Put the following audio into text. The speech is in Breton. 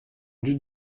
dud